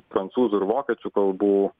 prancūzų ir vokiečių kalbų